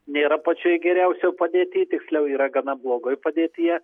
nėra pačioj geriausioj padėty tiksliau yra gana blogoj padėtyje